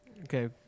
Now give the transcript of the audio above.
Okay